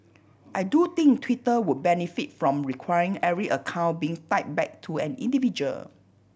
I do think Twitter would benefit from requiring every account being tied back to an individual